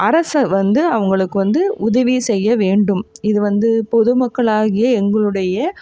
அரசு வந்து அவங்களுக்கு வந்து உதவி செய்ய வேண்டும் இது வந்து பொதுமக்களாகிய எங்களுடைய